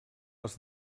les